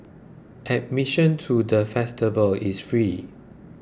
admission to the festival is free